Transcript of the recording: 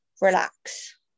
relax